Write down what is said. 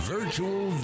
Virtual